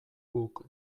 guk